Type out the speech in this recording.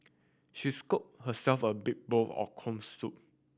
she scooped herself a big bowl of corn soup